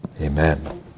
Amen